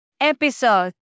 episode